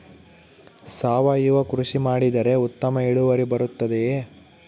ಸಾವಯುವ ಕೃಷಿ ಮಾಡಿದರೆ ಉತ್ತಮ ಇಳುವರಿ ಬರುತ್ತದೆಯೇ?